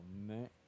man